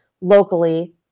locally